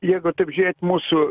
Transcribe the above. jeigu taip žiūrėt mūsų